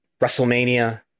WrestleMania